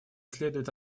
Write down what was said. следует